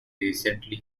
recently